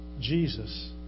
Jesus